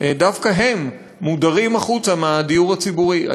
דווקא הם מודרים מהדיור הציבורי.